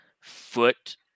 foot